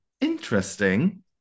interesting